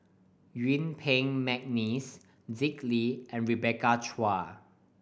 Yuen Peng McNeice Dick Lee and Rebecca Chua